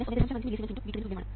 5 millisiemens x V2 ന് തുല്യമാണ്